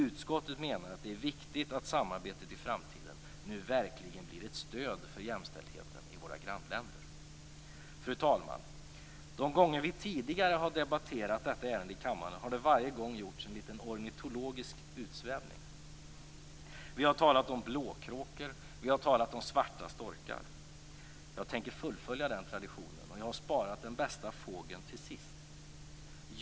Utskottet menar att det är viktigt att samarbetet i framtiden nu verkligen blir ett stöd för jämställdheten i våra grannländer. Fru talman! Jag tänker fullfölja den traditionen, och jag har sparat den bästa fågeln till sist.